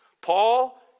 Paul